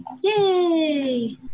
yay